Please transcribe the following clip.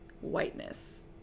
whiteness